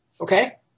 Okay